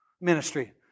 ministry